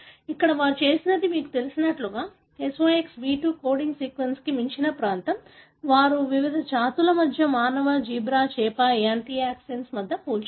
ఇక్కడ వారు చేసినది మీకు తెలిసినట్లుగా SOX B2 కోడింగ్ సీక్వెన్స్కు మించిన ప్రాంతం వారు వివిధ జాతుల మధ్య మానవ జీబ్రా చేప యాంఫియాక్సిస్ మధ్య పోల్చారు